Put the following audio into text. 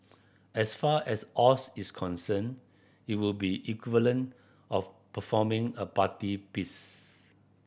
as far as Oz is concerned it would be equivalent of performing a party piece